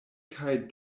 kaj